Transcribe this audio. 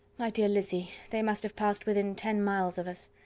my dear lizzy, they must have passed within ten miles of us.